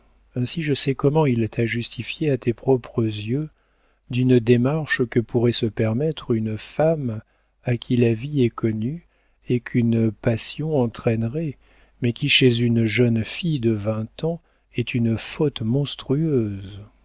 ainsi je sais comment il t'a justifiée à tes propres yeux d'une démarche que pourrait se permettre une femme à qui la vie est connue et qu'une passion entraînerait mais qui chez une jeune fille de vingt ans est une faute monstrueuse